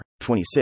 26